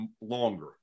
longer